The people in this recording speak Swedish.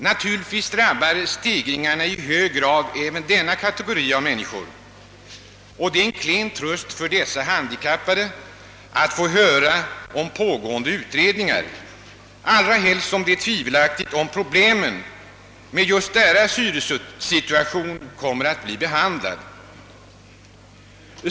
Naturligtvis drabbar stegringen i hög grad även denna kategori av människor. Det är en klen tröst för dessa handikappade att få höra talas om pågående utredningar — allra helst som det är tvivelaktigt, om problemen med just deras hyressituation kommer att bli behandlade.